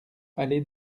allée